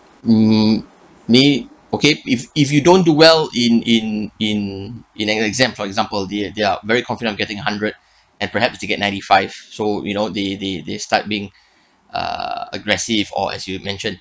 um okay if if you don't do well in in in in an exam for example they they're very confident on getting a hundred and perhaps they get ninety five so you know they they they start being uh aggressive or as you mentioned